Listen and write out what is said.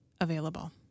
available